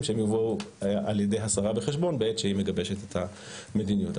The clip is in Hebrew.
יובאו על ידי השרה בחשבון בעת שהיא מגבשת את המדיניות.